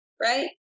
Right